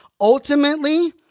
ultimately